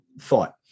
thought